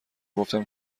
گفتم